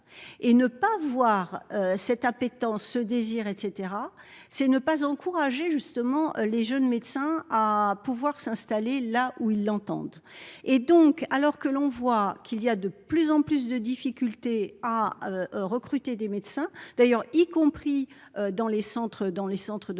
et ne pas voir cette appétence ce désir et cetera c'est ne pas encourager justement les jeunes médecins à pouvoir s'installer là où ils l'entendent et donc alors que l'on voit qu'il y a de plus en plus de difficultés à. Recruter des médecins d'ailleurs, y compris dans les centres dans